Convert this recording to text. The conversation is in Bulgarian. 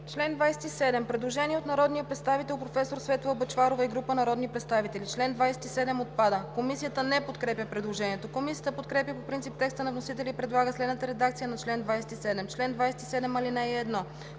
чл. 27 има предложение от народния представител професор Светла Бъчварова и група народни представители – чл. 27 отпада. Комисията не подкрепя предложението. Комисията подкрепя по принцип текста на вносителя и предлага следната редакция на чл. 27: „Чл. 27. (1) Който